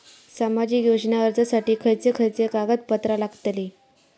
सामाजिक योजना अर्जासाठी खयचे खयचे कागदपत्रा लागतली?